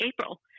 April